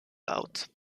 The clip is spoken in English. out